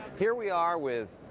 here we are, with,